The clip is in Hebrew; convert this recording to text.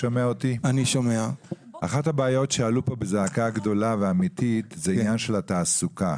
אחת הבעיות שעלו פה בזעקה גדולה ואמיתית זה עניין התעסוקה.